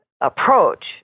approach